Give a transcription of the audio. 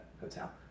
hotel